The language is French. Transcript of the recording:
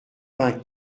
vingt